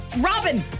Robin